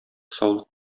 саулык